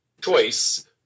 choice